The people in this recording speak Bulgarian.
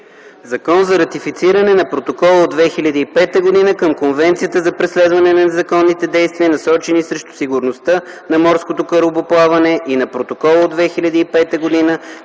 „ЗАКОН за ратифициране на Протокола от 2005 г. към Конвенцията за преследване на незаконните действия, насочени срещу сигурността на морското корабоплаване, и на Протокола от 2005 г.